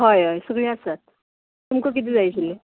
हय हय सगलीं आसात तुमकां किदें जाय आशिल्लें